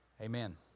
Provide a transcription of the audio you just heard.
amen